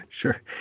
Sure